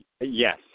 Yes